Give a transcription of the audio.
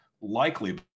likely